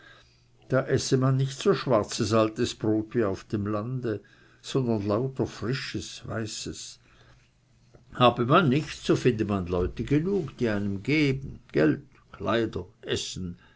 da esse man nicht so schwarzes altes brot wie auf dem lande sondern lauter frisches weißes habe man nichts so finde man leute genug die einem geben geld kleider essen